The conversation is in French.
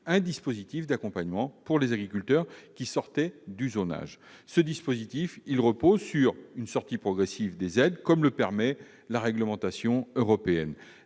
un dispositif d'accompagnement pour les agriculteurs sortant du zonage. Ce dispositif repose sur une sortie progressive des aides, comme le permet la réglementation européenne,